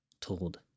told